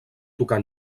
tocar